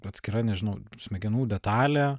atskira nežinau smegenų detalė